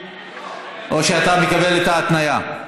או שאתה מקבל את ההתניה?